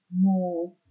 more